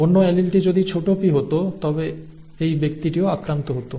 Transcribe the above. অন্য এলিলটি যদি ছোট p হত তবে এই ব্যক্তিটিও আক্রান্ত হত